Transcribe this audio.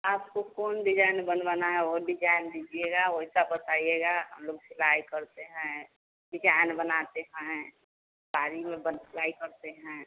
आपको कौन डिजाइन बनवाना है वो डिजाइन दीजिएगा वैसा बताइएगा हम लोग सिलाई करते हैं डिजाइन बनाते हैं साड़ी में सिलाई करते हैं